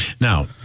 Now